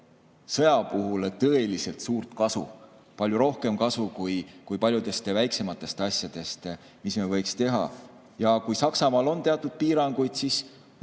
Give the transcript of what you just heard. sõja puhul tõeliselt suur kasu – palju rohkem kasu kui paljudest väiksematest asjadest, mida me võiks teha. Ja kui Saksamaal on teatud piirangud, siis